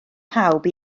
pawb